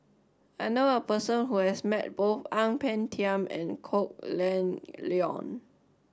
I know a person who has met both Ang Peng Tiam and Kok Leun